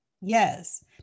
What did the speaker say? Yes